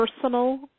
personal